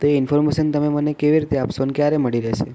તો એ ઇન્ફોર્મેશન તમે મને કેવી રીતે આપશો ને ક્યારે મળી રહેશે